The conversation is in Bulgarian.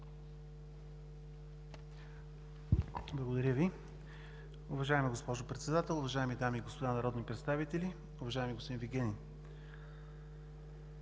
Благодаря Ви.